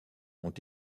ont